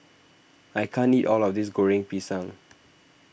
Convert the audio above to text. I can't eat all of this Goreng Pisang